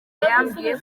yambwiye